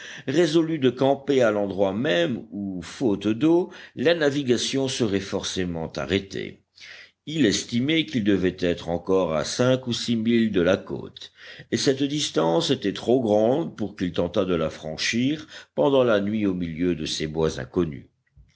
résolut de camper à l'endroit même où faute d'eau la navigation serait forcément arrêtée il estimait qu'il devait être encore à cinq ou six milles de la côte et cette distance était trop grande pour qu'il tentât de la franchir pendant la nuit au milieu de ces bois inconnus